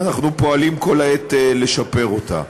ואנחנו פועלים כל העת לשפר אותה.